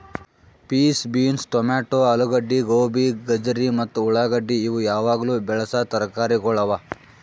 piece, beans, tomato, ಆಲೂಗಡ್ಡಿ, ಗೋಬಿ, ಗಜರಿ ಮತ್ತ ಉಳಾಗಡ್ಡಿ ಇವು ಯಾವಾಗ್ಲೂ ಬೆಳಸಾ ತರಕಾರಿಗೊಳ್ ಅವಾ